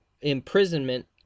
imprisonment